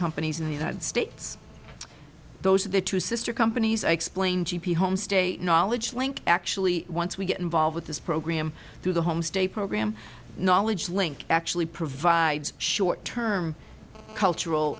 companies in the united states those are the two sister companies explained homestay knowledge link actually once we get involved with this program through the homestay program knowledge link actually provides short term cultural